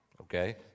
Okay